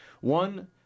One